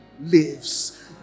lives